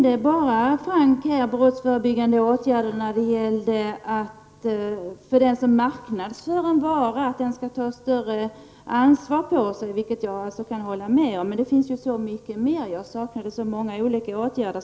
Hans Göran Franck nämner endast de brottsförebyggande åtgärderna när det gäller personer som marknadsför en vara. Han säger att dessa skall ta på sig ett större ansvar. Detta kan jag också hålla med om, men jag saknade ändå många olika åtgärder.